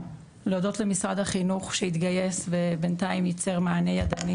להודות למשרד החינוך שהתגייס ובינתיים ייצר מענה ידני